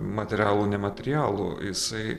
materialų nematerialų jisai